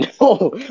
No